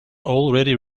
already